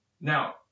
Now